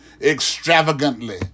extravagantly